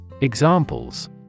Examples